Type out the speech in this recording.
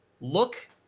look